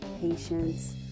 patience